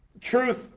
Truth